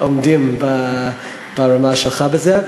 עומדים ברמה שלך בזה.